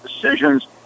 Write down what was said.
decisions